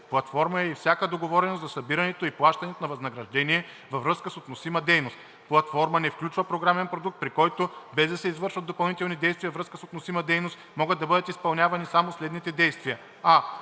Платформа е и всяка договореност за събирането и плащането на възнаграждение във връзка с относима дейност. „Платформа“ не включва програмен продукт, при който, без да се извършват допълнителни действия във връзка с относима дейност, могат да бъдат изпълнявани само следните действия: